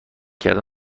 کردن